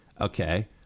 okay